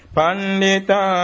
Pandita